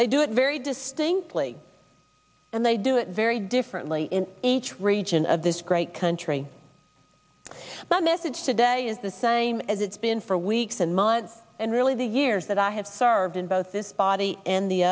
they do it very distinctly and they do it very differently in each region of this great country but message today is the same as it's been for weeks and months and really the years that i have served in both this body and the